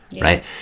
right